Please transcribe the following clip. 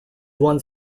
one